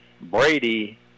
Brady